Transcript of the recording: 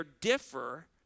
differ